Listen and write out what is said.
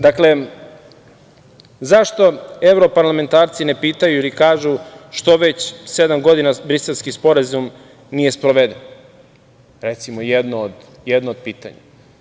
Dakle, zašto evroparlamenarce ne pitaju ili kažu, što već sedam godina Briselski sporazum nije sproveden, recimo, jedno od pitanja.